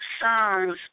songs